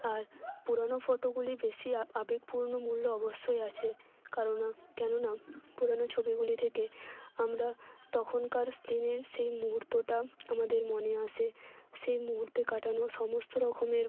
আর পুরনো ফোটোগুলি বেশি আবেগপূর্ণ মূল্য অবশ্যই আছে কারণ কেননা পুরনো ছবিগুলি থেকে আমরা তখনকার দিনের সেই মুহূর্তটা আমাদের মনে আসে সেই মুহূর্তে কাটানো সমস্ত রকমের